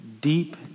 deep